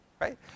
right